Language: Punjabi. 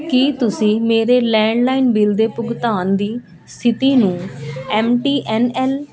ਕੀ ਤੁਸੀਂ ਮੇਰੇ ਲੈਂਡਲਾਈਨ ਬਿਲ ਦੇ ਭੁਗਤਾਨ ਦੀ ਸਥਿਤੀ ਨੂੰ ਐੱਮ ਟੀ ਐੱਨ ਐੱਲ